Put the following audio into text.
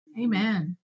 Amen